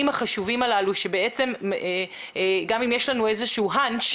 החשובים הללו שבעצם גם אם יש לנו איזשהו רמז,